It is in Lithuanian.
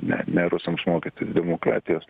ne ne rusams mokyti demokratijos